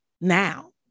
now